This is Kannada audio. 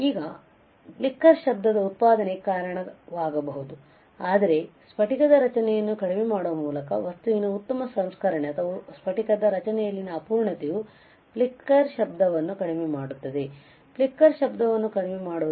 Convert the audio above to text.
ಇದು ಫ್ಲಿಕ್ಕರ್ ಶಬ್ದದ ಉತ್ಪಾದನೆಗೆ ಕಾರಣವಾಗಬಹುದು ಆದರೆ ಸ್ಫಟಿಕದ ರಚನೆಯನ್ನು ಕಡಿಮೆ ಮಾಡುವ ಮೂಲಕ ವಸ್ತುವಿನ ಉತ್ತಮ ಸಂಸ್ಕರಣೆ ಅಥವಾ ಸ್ಫಟಿಕದ ರಚನೆಯಲ್ಲಿನ ಅಪೂರ್ಣತೆಯು ಫ್ಲಿಕರ್ ಶಬ್ದವನ್ನು ಕಡಿಮೆ ಮಾಡುತ್ತದೆ ಫ್ಲಿಕರ್ ಶಬ್ದವನ್ನು ಕಡಿಮೆ ಮಾಡುತ್ತದೆ